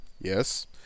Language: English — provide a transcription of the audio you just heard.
Yes